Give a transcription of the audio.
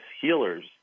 healers